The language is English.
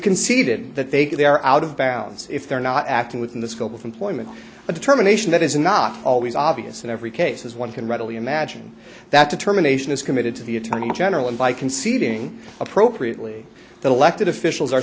conceded that they can they are out of bounds if they're not acting within the scope of employment a determination that is not always obvious in every case as one can readily imagine that determination is committed to the attorney general and by conceding appropriately that elected officials are